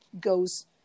goes